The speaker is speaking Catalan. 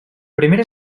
primera